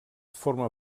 forma